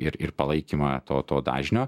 ir ir palaikymą to to dažnio